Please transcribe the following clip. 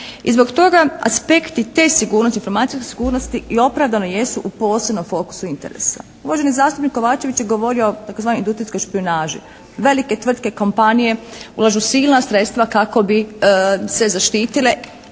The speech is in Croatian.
I zbog toga aspekti te sigurnosti, informacijske sigurnosti i opravdano jesu u posebnom fokusu interesa. Uvaženi zastupnik Kovačević je govorio o tzv. industrijskoj špijunaži. Velike tvrtke kompanije ulažu silna sredstva kako bi se zaštitile